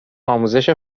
آموزش